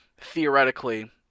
theoretically